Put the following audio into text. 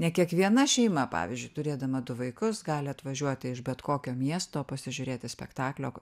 ne kiekviena šeima pavyzdžiui turėdama du vaikus gali atvažiuoti iš bet kokio miesto pasižiūrėti spektaklio